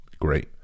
Great